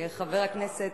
מברך אותך.